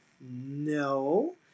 No